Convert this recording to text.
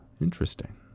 Interesting